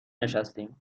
نشستیم